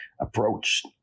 approach